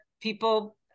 people